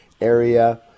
area